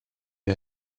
are